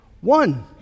One